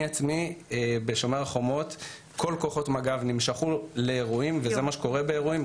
כל כוחות מג"ב נמשכו לאירועים וזה מה שקורה באירועים,